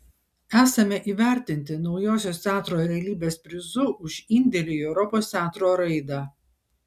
esame įvertinti naujosios teatro realybės prizu už indėlį į europos teatro raidą